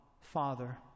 Father